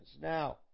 Now